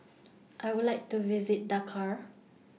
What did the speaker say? I Would like to visit Dakar